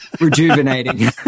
rejuvenating